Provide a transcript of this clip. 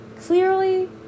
Clearly